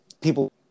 People